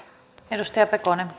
arvoisa